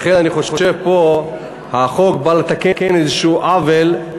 לכן אני חושב שפה החוק בא לתקן איזה עוול,